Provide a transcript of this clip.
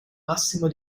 massimo